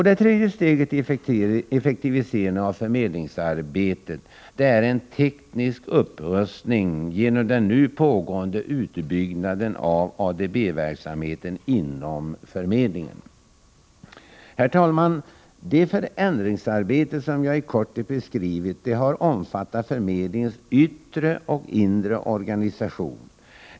Det tredje steget i effektiviseringen av förmedlingsarbetet är en teknisk upprustning genom den pågående utbyggnaden av ADB-verksamheten inom förmedlingen. Herr talman! Det förändringsarbete som jag nu i korthet beskrivit har omfattat förmedlingens yttre och inre organisation.